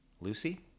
Lucy